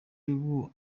ubu